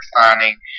signing